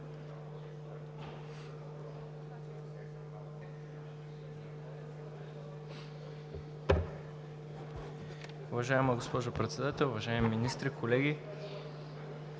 Уважаема госпожо Председател, уважаеми министри, колеги!